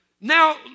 Now